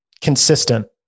Consistent